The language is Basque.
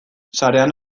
sarean